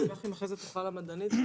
אשמח אם אחרי כן תוכל המדענית הראשית